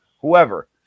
whoever